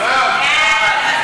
87 בעד,